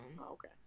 okay